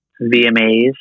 VMAs